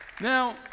Now